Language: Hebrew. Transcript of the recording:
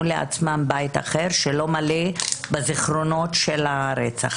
לעצמם בית אחר שלא מלא בזיכרונות של הרצח,